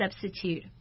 substitute